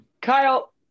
Kyle